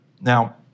Now